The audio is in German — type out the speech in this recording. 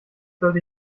sollte